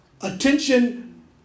Attention